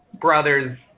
Brothers